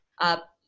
up